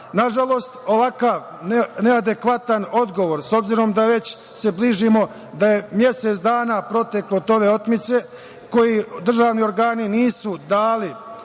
vlasti? Nažalost, ovakav neadekvatan odgovor, s obzirom da se već bližimo da je mesec dana proteklo od ove otmice, koji državni organi nisu dali